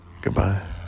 goodbye